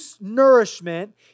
nourishment